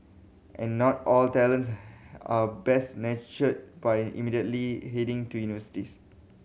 and not all talents are best nurtured by immediately heading to universities